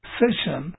session